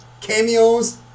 cameos